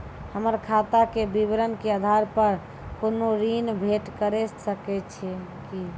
हमर खाता के विवरण के आधार प कुनू ऋण भेट सकै छै की?